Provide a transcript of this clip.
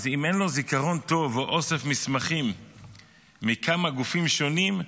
אם אין לו זיכרון טוב או אוסף מסמכים מכמה גופים שונים,